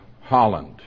Holland